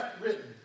written